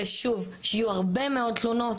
ושוב שיהיו הרבה מאוד תלונות,